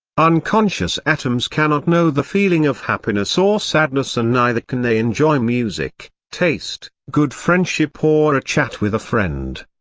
unconscious atoms cannot know the feeling of happiness or sadness and neither can they enjoy music, taste, good friendship or a chat with a friend.